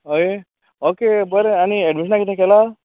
हय ऑके बरें आनी एडमिशनाक किदें केलां